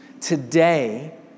Today